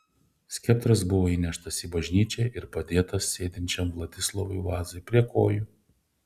skeptras buvo įneštas į bažnyčią ir padėtas sėdinčiam vladislovui vazai prie kojų